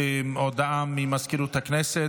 הודעה ממזכירות הכנסת.